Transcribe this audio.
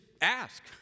ask